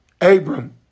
Abram